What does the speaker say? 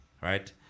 Right